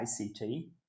ICT